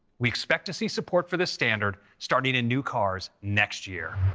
we expect to see support for this standard starting in new cars next year.